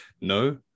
no